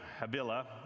Habila